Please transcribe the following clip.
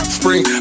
spring